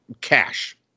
cash